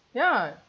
ya